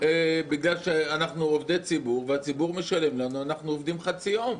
שבגלל שאנחנו עובדי ציבור והציבור משלם לנו אנחנו לא עובדים רק חצי יום.